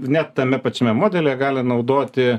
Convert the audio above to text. tam net tame pačiame modelyje gali naudoti